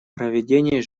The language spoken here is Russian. проведение